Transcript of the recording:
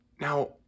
Now